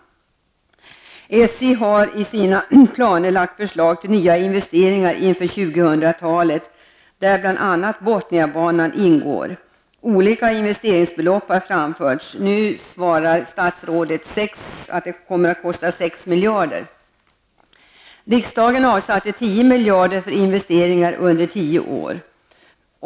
SJ har i sina planer lagt förslag till nya investeringar inför 2000-talet, och där ingår bl.a. Botniabanan. Olika investeringsbelopp har framförts. Nu svarar statsrådet att det kommer att kosta 6 miljarder. Riksdagen avsatte 10 miljarder för investeringar under tio år.